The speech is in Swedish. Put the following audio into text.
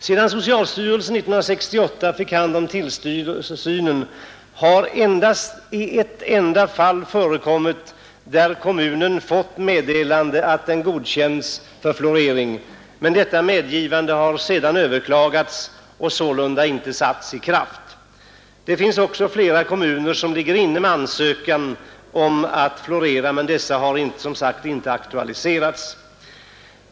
Sedan socialstyrelsen 1968 fick hand om tillsynen har det endast i ett enda fall förekommit att en kommun fått medgivande att använda sig av fluoridering, men detta medgivande har sedan överklagats, och beslutet har sålunda inte satts i kraft. Det finns också flera kommuner som ligger inne med ansökningar om att få fluoridera dricksvattnet, men dessa har som sagt inte aktualiserats.